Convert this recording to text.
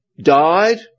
died